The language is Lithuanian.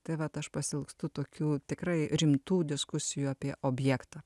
tai vat aš pasiilgstu tokių tikrai rimtų diskusijų apie objektą